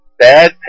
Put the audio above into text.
bad